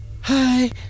Hi